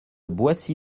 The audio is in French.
boissy